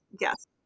yes